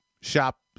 shop